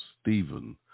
Stephen